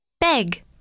Beg